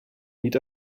meet